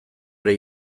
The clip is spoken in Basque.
ere